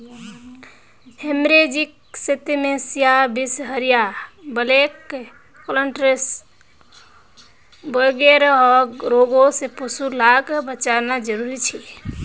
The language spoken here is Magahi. हेमरेजिक सेप्तिस्मिया, बीसहरिया, ब्लैक क्वार्टरस वगैरह रोगों से पशु लाक बचाना ज़रूरी छे